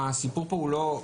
הסיפור פה הוא לא,